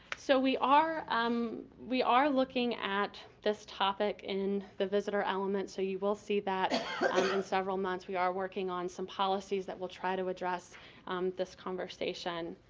so, we are um we are looking at this topic in the visitor element so you will see that in several months. we are working on some policies that will try to address this conversation.